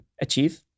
achieve